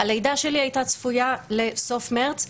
הלידה שלי הייתה צפויה לסוף חודש מארס.